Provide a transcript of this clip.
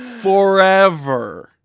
forever